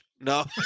No